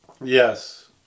Yes